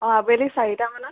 অঁ আবেলি চাৰিটামানত